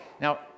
Now